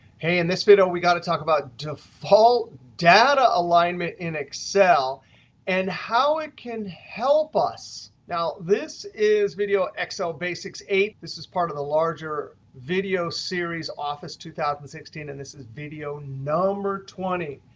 hey, in this video we got to talk about default data alignment in excel and how it can help us. now, this is video excel basics eight. this is part of the larger video series, office two thousand and sixteen. and this is video number twenty.